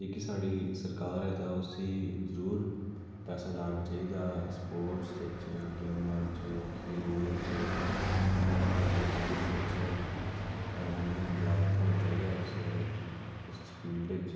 जेह्की साढ़ी सरकार ऐ तां उस्सी जरूर पैसा लाना चाहिदा स्पोटस बिच्च गेमां बिच्च खेल कूद बिच्च जि'यां अजकल्ल दे जि'यां बच्चे न तां उ'नें गी बढाबा थ्होना चाहिदा इस फिल्ड च